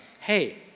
hey